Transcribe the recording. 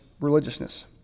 religiousness